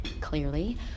clearly